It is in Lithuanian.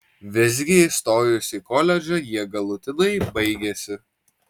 visgi įstojus į koledžą jie galutinai baigėsi